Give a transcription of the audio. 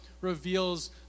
reveals